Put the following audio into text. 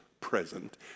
present